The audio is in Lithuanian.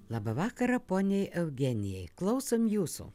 labą vakarą poniai eugenijai klausom jūsų